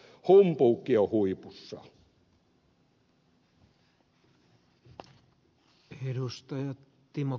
humpuuki on huipussaan